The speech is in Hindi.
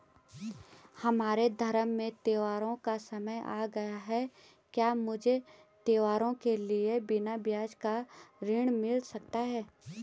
हमारे धर्म में त्योंहारो का समय आ गया है क्या मुझे त्योहारों के लिए बिना ब्याज का ऋण मिल सकता है?